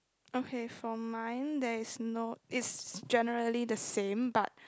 okay from mind there's no it's generally the same but